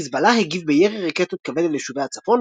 חזבאללה הגיב בירי רקטות כבד על יישובי הצפון